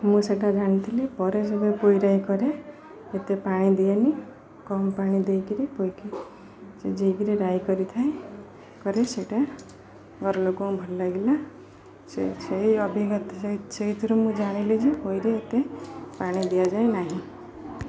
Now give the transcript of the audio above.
ମୁଁ ସେଟା ଜାଣିଥିଲି ପରେ ସେବେ ପୋଇ ରାଇ କରେ ଏତେ ପାଣି ଦିଏନି କମ୍ ପାଣି ଦେଇ କରି ପୋଇ କି ସିଝାଇ କିରି ରାଇ କରିଥାଏ ସେଟା ଘର ଲୋକଙ୍କୁ ଭଲ ଲାଗିଲା ସେଇ ଅଭିଜ୍ଞତା ସେଇଥିରୁ ମୁଁ ଜାଣିଲି ଯେ ରାଇରେ ଏତେ ପାଣି ଦିଆଯାଏ ନାହିଁ